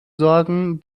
sorgen